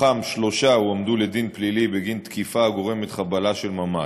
מתוכם שלושה הועמדו לדין פלילי בגין תקיפה הגורמת חבלה של ממש.